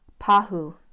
Pahu